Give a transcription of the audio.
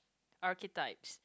archetypes